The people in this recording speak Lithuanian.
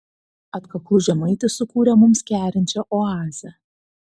atkaklus žemaitis sukūrė mums kerinčią oazę